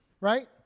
right